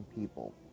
people